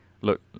look